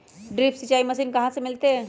Drip सिंचाई machine कहाँ से मिलतै?